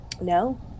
No